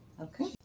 Okay